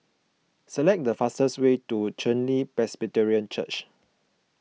select the fastest way to Chen Li Presbyterian Church